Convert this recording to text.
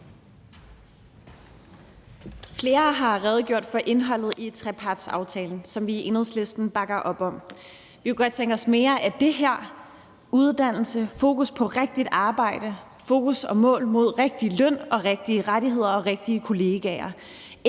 Flere har redegjort for indholdet i trepartsaftalen, som vi i Enhedslisten bakker op om. Vi kunne godt tænke os mere af det her, nemlig uddannelse, fokus på rigtigt arbejde, fokus og mål i forhold til rigtig løn, rigtige rettigheder og rigtige kollegaer